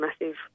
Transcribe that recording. massive